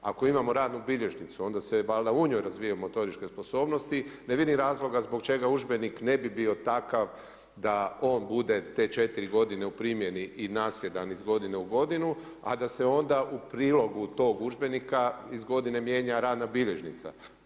Ako imamo radnu bilježnicu onda se valjda u nju razvija motoričke sposobnosti, ne vidim razloga zbog čega udžbenik ne bi bio takav da on bude te 4 godine u primjeni i nasljedan iz godine u godinu, a da se onda u prilogu tog udžbenika iz godine mijenja radna bilježnica.